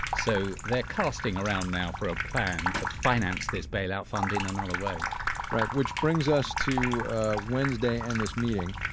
so they're casting around now a ah plan to finance this bailout fund in another way right, which brings us to wednesday and this meeting.